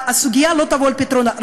הסוגיה לא תבוא על פתרונה.